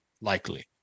likely